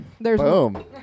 Boom